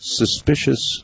suspicious